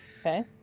Okay